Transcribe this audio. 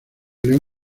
león